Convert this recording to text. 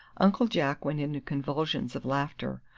uncle jack went into convulsions of laughter.